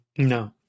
No